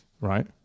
right